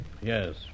Yes